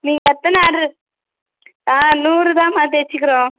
நீங்கள் எத்தனை ஆட்ரு ஆ நூறு தானம்மா தைச்சிக்குறோம்